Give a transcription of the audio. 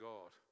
God